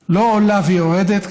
שלא עולה ויורדת,